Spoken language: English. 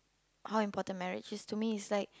how important marriage is to me is like